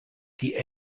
die